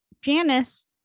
Janice